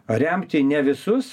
paremti ne visus